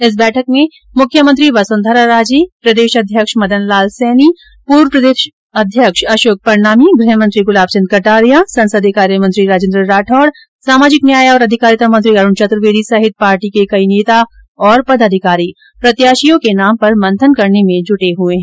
इस बैठक में मुख्यमंत्री वसंधरा राजे और प्रदेशाध्यक्ष मदन लाल सैनी पूर्व प्रदेशाध्यक्ष अशोक परनामी गृहमंत्री गुलाब चेन्द्र कटारिया संसदीय कार्य मंत्री राजेन्द्र राठौड़ सामाजिक न्याय मंत्री अरूण चतूर्वेदी सहित पार्टी के कई नेता और पदाधिकारी प्रत्याशियों के नाम पर मंथन करने में जुटे हुए है